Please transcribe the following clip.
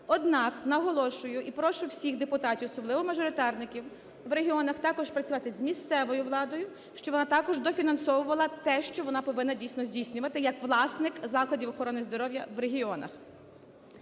Однак, наголошую і прошу всіх депутатів, особливо мажоритарників, в регіонах також працювати з місцевою владою, щоб вона також дофінансовувала те, що вона повинна дійсно здійснювати як власник закладів охорони здоров'я в регіонах.